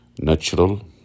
Natural